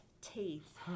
teeth